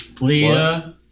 Leah